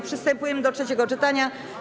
Przystępujemy do trzeciego czytania.